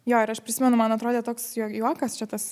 jo ir aš prisimenu man atrodė toks jo juokas čia tas